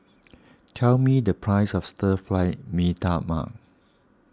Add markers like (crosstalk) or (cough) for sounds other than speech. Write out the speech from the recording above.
(noise) tell me the price of Stir Fry Mee Tai Mak